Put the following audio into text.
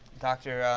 doctor,